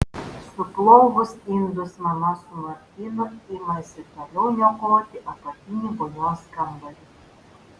suplovus indus mama su martinu imasi toliau niokoti apatinį vonios kambarį